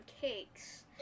cakes